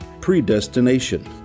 predestination